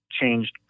changed